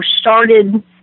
started